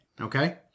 Okay